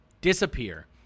disappear